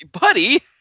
Buddy